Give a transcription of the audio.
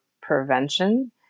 prevention